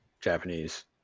Japanese